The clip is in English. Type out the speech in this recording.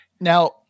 Now